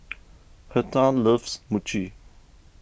Hertha loves Mochi